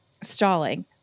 stalling